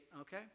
okay